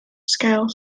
scale